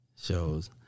shows